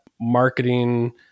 marketing